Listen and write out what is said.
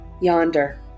yonder